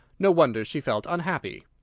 no wonder she felt unhappy.